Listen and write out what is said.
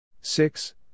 Six